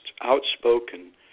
outspoken